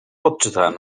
odczytałem